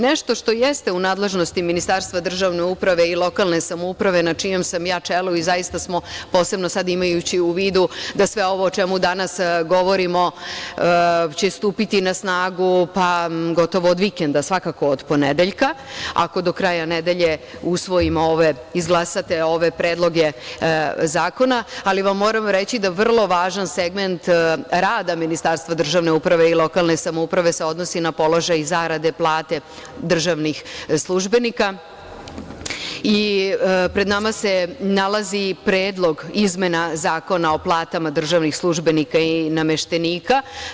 Nešto što jeste u nadležnosti Ministarstva državne uprave i lokalne samouprave, na čijem sam čelu i zaista smo posebno sada, imajući u vidu da sve ovo o čemu danas govorimo će stupiti na snagu gotovo od vikenda, svakako od ponedeljka, ako do kraja nedelje usvojimo, izglasate ove predloge zakona, ali vam moram reći da vrlo važan segment rada Ministarstva državne uprave i lokalne samouprave se odnosi na položaj i zarade plata državnih službenika i pred nama se nalazi Predlog izmena Zakona o platama državnih službenika i nameštenika.